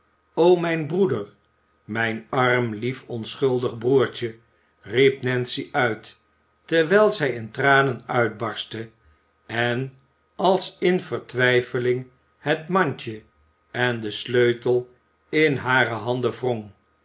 o mijn broeder mijn arm lief onschuldig broertje riep nancy uit terwijl zij in tranen uitbarstte en als in vertwijfeling het mandje en den sleutel in hare handen wrong